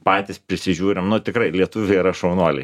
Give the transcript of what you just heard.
patys prisižiūrim nu tikrai lietuviai yra šaunuoliai ši